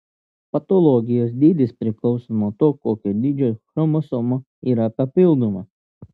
patologijos dydis priklauso nuo to kokio dydžio chromosoma yra papildoma